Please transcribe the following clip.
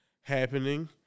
happening